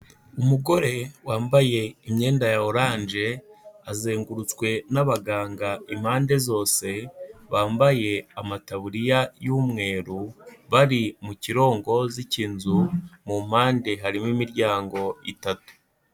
Umugore wambaye imyenda ya oranje azengurutswe n'abaganga impande zose, bambaye amataburiya y'umweru bari mu kirongozi cy'inzu mu mpande harimo imiryango itatu.